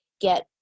get